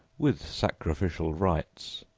with sacrificial rights,